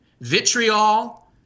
vitriol